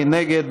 מי נגד?